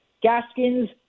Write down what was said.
Gaskins